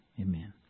amen